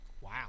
Wow